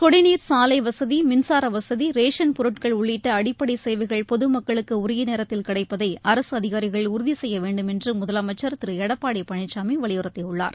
குடிநீர் சாலை வசதி மின்சார வசதி ரேஷன் பொருட்கள் உள்ளிட்ட அடிப்படை சேவைகள் பொதுமக்களுக்கு உரிய நேரத்தில் கிடைப்பதை அரசு அதிகாரிகள் உறுதி செய்ய வேண்டும் என்று முதலமைச்சர் திரு எடப்பாடி பழனிசாமி வலியுறுத்தியுள்ளார்